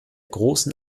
großen